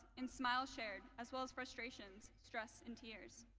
and smiles shared as well as frustrations, stress, and tears.